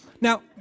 Now